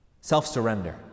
self-surrender